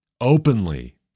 openly